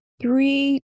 three